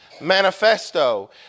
manifesto